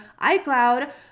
iCloud